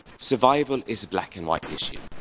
survival is a black-and-white issue.